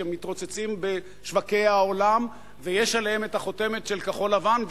שמתרוצצים בשוקי העולם ויש עליהם את החותמת כחול-לבן,